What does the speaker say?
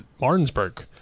Martinsburg